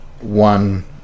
one